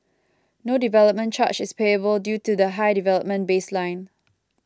no development charge is payable due to the high development baseline